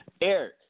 Eric